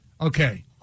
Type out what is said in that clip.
Okay